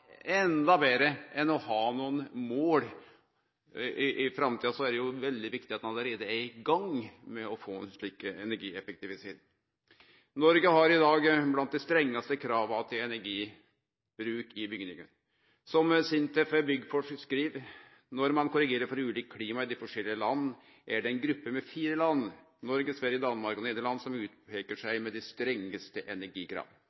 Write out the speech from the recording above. enda betre enn å ha nokre mål. For framtida er det jo veldig viktig at vi allereie er i gang med å få ei slik energieffektivisering. Noreg er i dag blant dei landa som har dei strengaste krava til energibruk i bygningar. SINTEF Byggforsk skriv: «Når man korrigerer for ulikt klima i de forskjellige land, er det en gruppe med fire land som utpeker seg